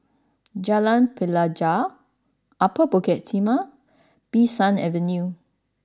Jalan Pelajau Upper Bukit Timah Bee San Avenue